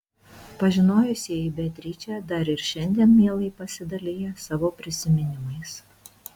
pažinojusieji beatričę dar ir šiandien mielai pasidalija savo prisiminimais